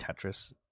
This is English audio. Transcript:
Tetris